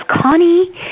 Connie